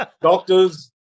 Doctors